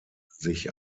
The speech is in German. sich